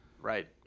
Right